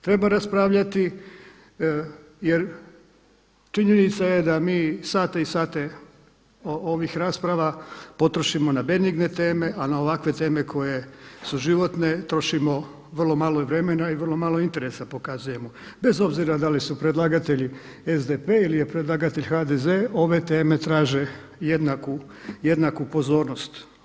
Treba raspravljati jer činjenica je da mi sate i sate ovih rasprava potrošimo na benigne teme, a na ovakve teme koje su životne trošimo vrlo malo vremena i vrlo malo interesa pokazujemo bez obzira da li su predlagatelji SDP ili je predlagatelje HDZ ove teme traže jednaku pozornost.